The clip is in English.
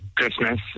Christmas